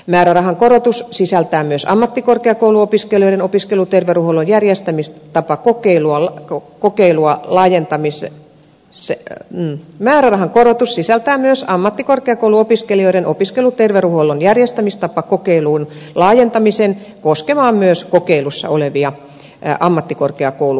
määrärahan korotus sisältää myös ammattikorkeakouluopiskelijoiden opiskeluterveydenhuollon järjestämistapakokeilunle ko kokeilua laajentamisen sekä määrärahan korotus sisältää myös ammattikorkeakouluopiskelijoiden opiskeluterveydenhuollon järjestämistapakokeilun laajentamisen koskemaan myös kokeilussa olevia ammattikorkeakoulujen sivupisteitä